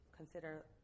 consider